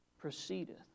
proceedeth